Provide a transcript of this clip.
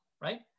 right